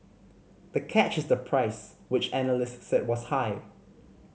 the catch is the price which analysts said was high